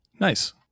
Nice